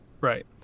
Right